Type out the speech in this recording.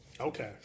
Okay